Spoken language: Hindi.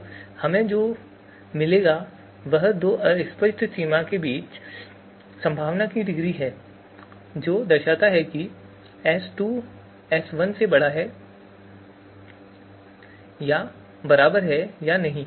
तो हमें जो मिलेगा वह दो अस्पष्ट सीमा के बीच संभावना की डिग्री है जो दर्शाता है कि एस 2 एस 1 से बड़ा या बराबर है या नहीं